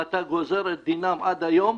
ואתה גוזר את דינם עד היום,